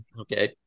Okay